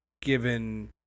given